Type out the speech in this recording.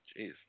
Jeez